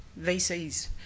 VCs